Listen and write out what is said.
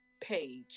page